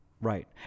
right